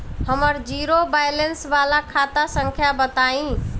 हमर zero balance वाला खाता संख्या बताई?